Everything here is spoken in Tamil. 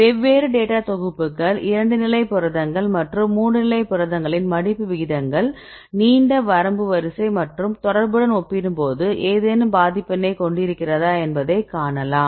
வெவ்வேறு டேட்டா தொகுப்புகள் 2 நிலை புரதங்கள் மற்றும் 3 நிலை புரதங்களின் மடிப்பு விகிதங்கள் நீண்ட வரம்பு வரிசை மற்றும் தொடர்புடன் ஒப்பிடும்போது ஏதேனும் பாதிப்பினை கொண்டிருக்கிறதா என்பதை காணலாம்